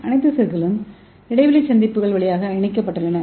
அனைத்து செல்களும் இடைவெளி சந்திப்புகள் வழியாக இணைக்கப்பட்டுள்ளன